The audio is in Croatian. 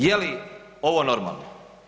Je li ovo normalno?